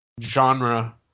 genre